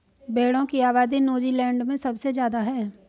भेड़ों की आबादी नूज़ीलैण्ड में सबसे ज्यादा है